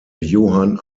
johann